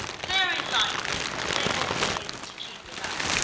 very likely they won't be able to keep it up,